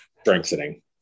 Strengthening